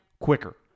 quicker